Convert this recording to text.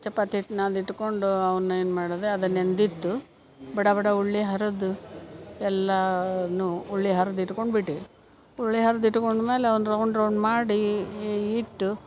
ಚಪಾತಿ ಹಿಟ್ಟು ನಾದಿ ಇಟ್ಕೊಂಡು ಅವ್ನೇನು ಮಾಡ್ದೆ ಅದು ನೆಂದಿತ್ತು ಬಡ ಬಡ ಉಳ್ಳಿ ಹುರಿದು ಎಲ್ಲಾನು ಉಳ್ಳಿ ಹುರ್ದು ಇಟ್ಕೊಂಡು ಬಿಟ್ವಿ ಉಳ್ಳಿ ಹುರ್ದು ಇಟ್ಕೊಂಡು ಮ್ಯಾಲ ಅವ್ನ ರೌಂಡ್ ರೌಂಡ್ ಮಾಡಿ ಇಟ್ಟು